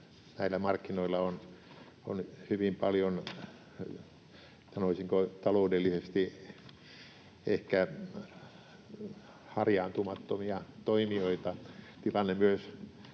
näillä markkinoilla on hyvin paljon, sanoisinko, taloudellisesti ehkä harjaantumattomia toimijoita. Tilanne myös